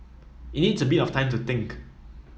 it needs a bit of time to think